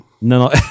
no